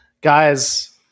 guys